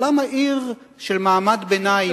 אבל למה עיר של מעמד ביניים,